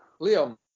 Liam